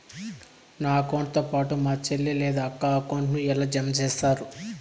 నా అకౌంట్ తో పాటు మా చెల్లి లేదా అక్క అకౌంట్ ను ఎలా జామ సేస్తారు?